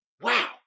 Wow